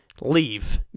leave